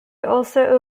also